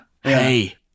Hey